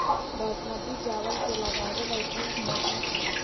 बासमती चावल के लगावे ला उपयुक्त मौसम का है?